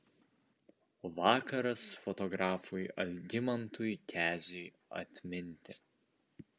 vakaras fotografui algimantui keziui atminti